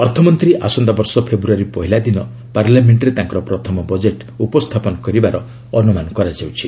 ଅର୍ଥମନ୍ତ୍ରୀ ଆସନ୍ତାବର୍ଷ ଫେବୃୟାରୀ ପହିଲା ଦିନ ପାର୍ଲାମେଷ୍ଟରେ ତାଙ୍କର ପ୍ରଥମ ବଜେଟ୍ ଉପସ୍ଥାପନ କରିବାର ଅନୁମାନ କରାଯାଉଛି